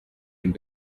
and